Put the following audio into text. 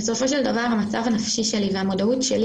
בסופו של דבר המצב הנפשי שלי והמודעות שלי